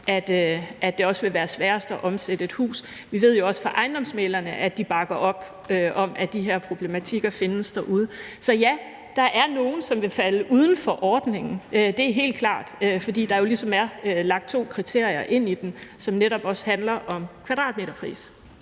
at det vil være sværest at omsætte et hus. Vi ved jo også fra ejendomsmæglere, at de bakker op om, at de her problematikker findes derude. Så ja, der er nogle, som vil falde uden for ordningen – det er helt klart – fordi der jo ligesom er lagt to kriterier ind i den, som netop også handler om kvadratmeterpris.